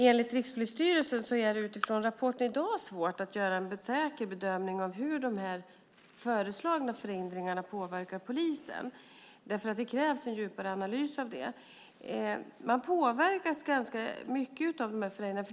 Enligt Rikspolisstyrelsen är det utifrån rapporten i dag svårt att göra en säker bedömning av hur de föreslagna förändringarna påverkar polisen, för det kräver en djupare analys. Man påverkas ganska mycket av förändringarna.